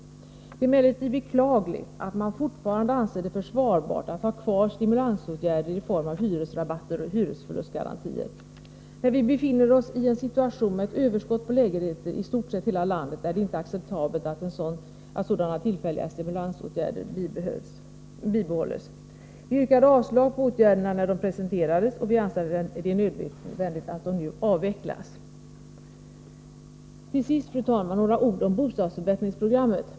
Det är emellertid beklagligt att man fortfarande anser det vara försvarbart att ha kvar stimulansåtgärder i form av hyresrabatter och hyresförlustsgarantier. När vi befinner oss i en situation med ett överskott på lägenheter i stort sett i hela landet är det inte acceptabelt att sådana tillfälliga stimulansåtgärder bibehålls. Vi yrkade avslag när förslag till åtgärder presenterades. Vi anser nu att det är nödvändigt med en avveckling. Till sist, fru talman, några ord om bostadsförbättringsprogrammet.